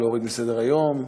להוריד מסדר-היום?